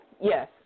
Yes